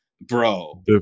bro